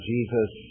Jesus